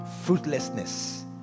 fruitlessness